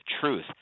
truth